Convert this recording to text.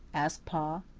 asked pa.